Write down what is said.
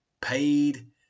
paid